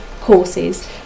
courses